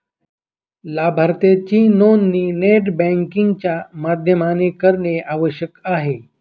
लाभार्थीची नोंदणी net banking च्या माध्यमाने करणे आवश्यक आहे